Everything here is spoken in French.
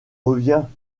revient